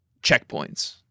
checkpoints